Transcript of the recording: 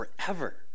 forever